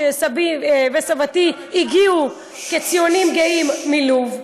שסבי וסבתי הגיעו כציונים גאים מלוב,